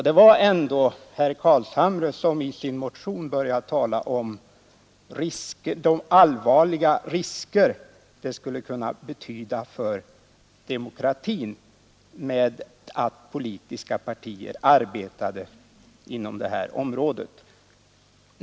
Det var ju ändå herr Carlshamre som i sin motion började tala om de allvarliga risker det kunde innebära för demokratin att politiska partier arbetade inom det här området.